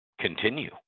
continue